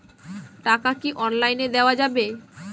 টাকা কি অনলাইনে দেওয়া যাবে?